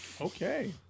Okay